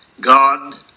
God